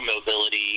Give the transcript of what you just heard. mobility